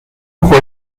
خوش